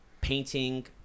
painting –